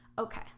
okay